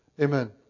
amen